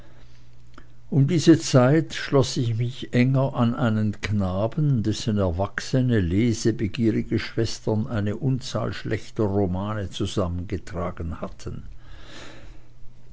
um diese zeit schloß ich mich enger an einen knaben dessen erwachsene lesebegierige schwestern eine unzahl schlechter romane zusammengetragen hatten